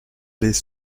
les